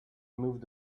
moved